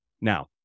Now